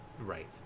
Right